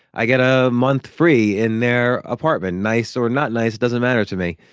i get a month free in their apartment. nice or not nice doesn't matter to me.